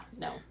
no